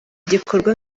igikorwa